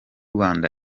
rwanda